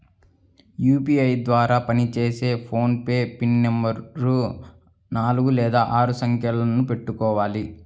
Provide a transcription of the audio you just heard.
UPI ద్వారా పనిచేసే PhonePe PIN నెంబరుని నాలుగు లేదా ఆరు సంఖ్యలను పెట్టుకోవాలి